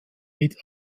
mit